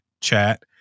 chat